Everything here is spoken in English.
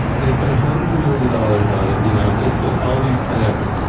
and they spent hundreds of millions of dollars on it, you know just all these kind of efforts,